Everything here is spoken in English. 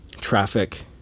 traffic